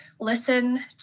listen